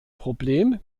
problem